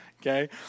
okay